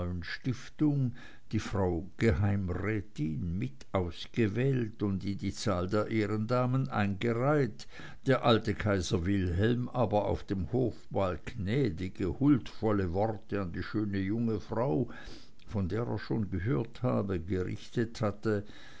stiftung die frau geheimrätin mit ausgewählt und in die zahl der ehrendamen eingereiht der alte kaiser wilhelm aber auf dem hofball gnädige huldvolle worte an die schöne junge frau von der er schon gehört habe gerichtet hatte